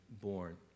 born